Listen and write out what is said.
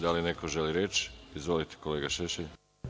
Da li neko želi reč? (Da) Izvolite, kolega Šešelj.